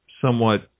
somewhat